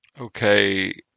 Okay